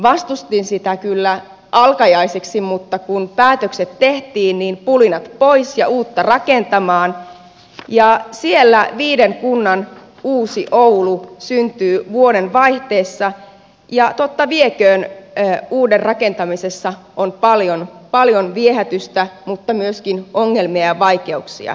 vastustin sitä kyllä alkajaisiksi mutta kun päätökset tehtiin niin pulinat pois ja uutta rakentamaan ja siellä viiden kunnan uusi oulu syntyy vuodenvaihteessa ja totta vieköön uuden rakentamisessa on paljon viehätystä mutta myöskin ongelmia ja vaikeuksia